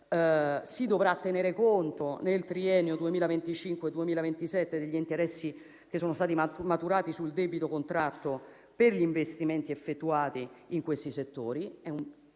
si dovrà tenere conto nel triennio 2025-2027 degli interessi che sono stati maturati sul debito contratto per gli investimenti effettuati in questi settori.